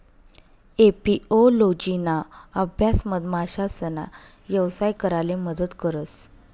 एपिओलोजिना अभ्यास मधमाशासना यवसाय कराले मदत करस